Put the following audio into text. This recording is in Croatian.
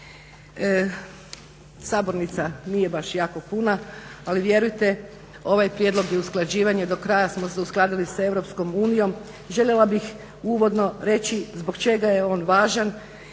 Sabornica nije baš jako puna, ali vjerujte ovaj prijedlog je usklađivanje. Do kraja smo se uskladili sa EU. Željela bih uvodno reći zbog čega je on važan